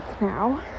now